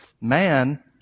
man